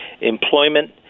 employment